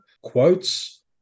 quotes